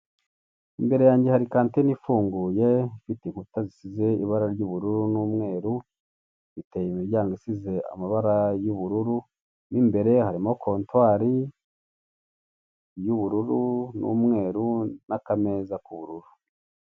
Imbere yanjye hari kantine ifunguye, ifite inkuta zisize ibara ry'ubururu n'umweru, ifite imiryango isize amabara y'ubururu. Mu imbere harimo kontwari y'ubururu n'umweru n'akameza k'ubururu.